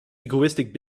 egoistic